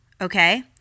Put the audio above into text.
Okay